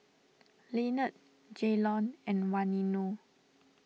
Lynnette Jaylon and Waino